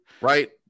right